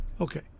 Okay